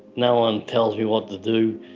no one tells me what to do,